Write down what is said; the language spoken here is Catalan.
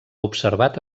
observat